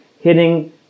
Hitting